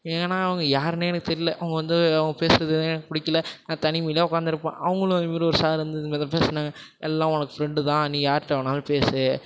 ஏன்னா அவங்க யாருன்னே எனக்கு தெரில அவங்க வந்து அவங்க பேசுறது எனக்கு பிடிக்கல நான் தனிமையில் உட்காந்துருப்பேன் அவங்களும் இதுமாரி ஒரு சார் வந்து இதுமாரி தான் பேசுனாங்க எல்லாம் உனக்கு ஃப்ரெண்டு தான் நீ யார்கிட்ட வேணாலும் பேசு